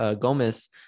Gomez